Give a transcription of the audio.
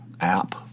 app